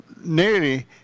nearly